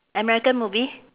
american movie